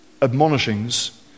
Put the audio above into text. admonishings